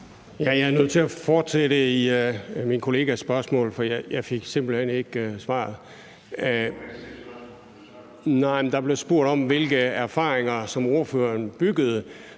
Jeg er nødt til at fortsætte i forlængelse af min kollegas spørgsmål, for vi fik simpelt hen ikke svaret. Der blev spurgt om, hvilke erfaringer ordføreren byggede